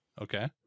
Okay